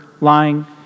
lying